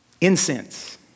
Incense